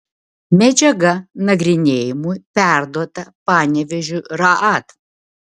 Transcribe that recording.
medžiaga nagrinėjimui perduota panevėžio raad